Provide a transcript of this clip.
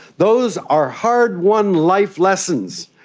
those are hard-won life lessons.